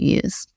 use